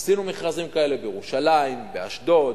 עשינו מכרזים כאלה בירושלים, באשדוד,